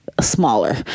Smaller